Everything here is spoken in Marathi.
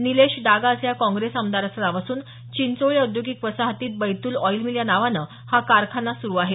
निलेश डागा असं या काँग्रेस आमदाराचं नाव असून चिंचोळी औद्योगिक वसाहतीत बैतुल ऑइलमिल या नावाने हा कारखाना सुरू आहे